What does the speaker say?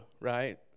right